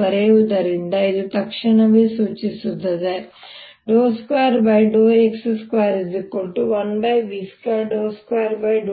ಬರೆದಿರುವುದರಿಂದ ಇದು ತಕ್ಷಣವೇ ಸೂಚಿಸುತ್ತದೆ 2x21v22t2